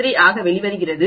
633 ஆக வெளிவருகிறது